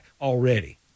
already